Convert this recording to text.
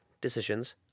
decisions